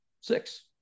six